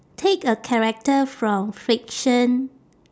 take a character from fiction